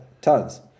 tons